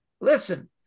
listen